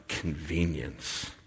convenience